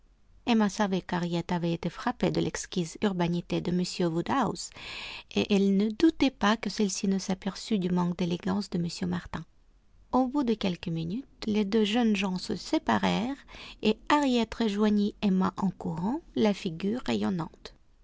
avait été frappée de l'exquise urbanité de m woodhouse et elle ne doutait pas que celle-ci ne s'aperçût du manque d'élégance de m martin au bout de quelques minutes les deux jeunes gens se séparèrent et harriet rejoignit emma en courant la figure rayonnante